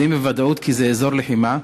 יודעים בוודאות כי זה אזור לחימה,